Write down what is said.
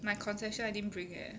my concession I didn't bring leh